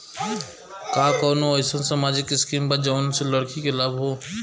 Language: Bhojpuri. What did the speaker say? का कौनौ अईसन सामाजिक स्किम बा जौने से लड़की के लाभ हो?